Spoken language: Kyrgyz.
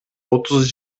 отуз